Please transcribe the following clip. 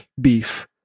beef